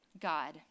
God